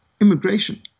immigration